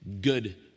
good